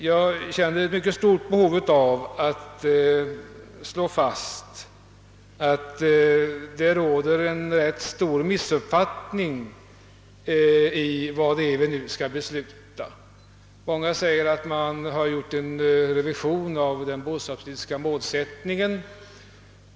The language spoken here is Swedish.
Jag känner dock ett mycket stort behov av att fastslå att det råder rätt stor missuppfattning om vad vi nu har att besluta. Många säger att det skett en revision av den bostadspolitiska målsättningen.